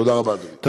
תודה רבה, אדוני.